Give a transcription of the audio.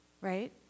right